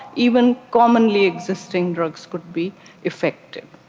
even commonly existing drugs could be effective.